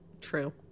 True